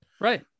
Right